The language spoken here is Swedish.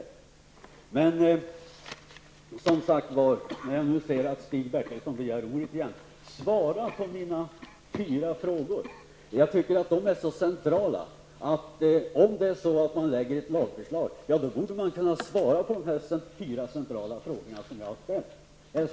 När jag nu ser att Stig Bertilsson begär ordet igen, uppmanar jag honom att svara på mina fyra frågor. De är så centrala, att om man lägger fram ett lagförslag, borde man kunna svara på dessa fyra frågor som jag har ställt.